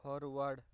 forward